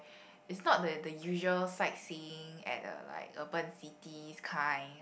is not the the usual sightseeing at a like urban city kind